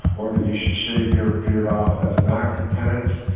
or that you should shave your beard off as an act of penance.